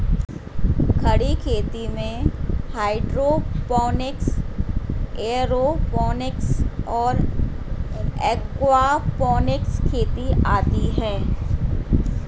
खड़ी खेती में हाइड्रोपोनिक्स, एयरोपोनिक्स और एक्वापोनिक्स खेती आती हैं